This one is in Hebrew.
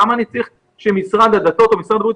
למה אני צריך שמשרד הדתות או משרד הבריאות